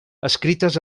escrites